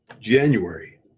January